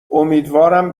امیدوارم